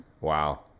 Wow